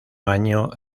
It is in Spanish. año